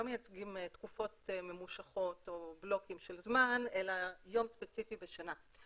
מייצגים תקופות ממושכות או בלוקים של זמן אלא יום ספציפי בשנה.